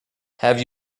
have